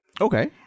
Okay